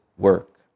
Work